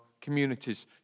communities